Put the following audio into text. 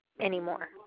anymore